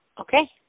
Okay